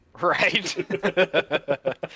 Right